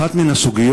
אחת מן הסוגיות